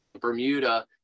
Bermuda